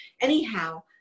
Anyhow